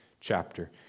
chapter